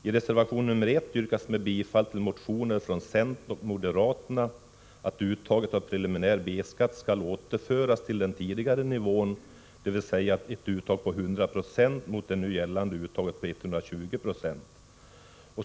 I reservation nr 1 yrkas, med bifall till motioner från centern och moderaterna, att uttaget av preliminär B-skatt skall återföras till den tidigare nivån, dvs. ett uttag på 100 96 mot det nu gällande uttaget på 120 96.